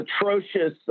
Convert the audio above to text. atrocious